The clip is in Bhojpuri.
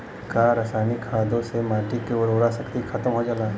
का रसायनिक खादों से माटी क उर्वरा शक्ति खतम हो जाला?